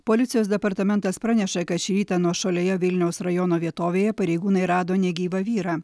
policijos departamentas praneša kad šį rytą nuošalioje vilniaus rajono vietovėje pareigūnai rado negyvą vyrą